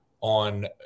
on